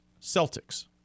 Celtics